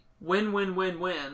Win-win-win-win